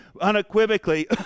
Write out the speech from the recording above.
unequivocally